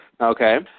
Okay